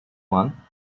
one